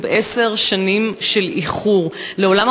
אנחנו באיחור של עשר שנים.